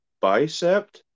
bicep